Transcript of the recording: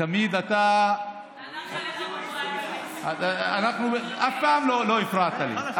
ותמיד אתה, אנחנו, אנחנו, אף פעם לא הפרעת לי.